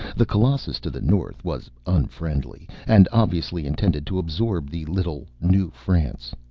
the colossus to the north was unfriendly and obviously intended to absorb the little new france.